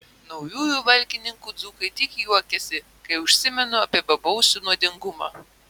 naujųjų valkininkų dzūkai tik juokiasi kai užsimenu apie bobausių nuodingumą